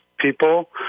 people